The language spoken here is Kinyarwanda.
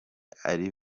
ari